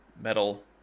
Metal